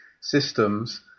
systems